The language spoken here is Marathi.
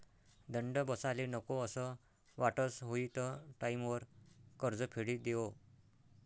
दंड बसाले नको असं वाटस हुयी त टाईमवर कर्ज फेडी देवो